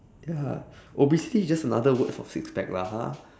ya obesity is just another word for six pack lah ha